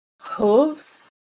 hooves